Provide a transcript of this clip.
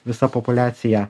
visa populiacija